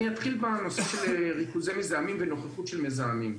אני אתחיל בנושא של ריכוזי מזהמים ונוכחות של מזהמים.